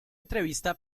entrevista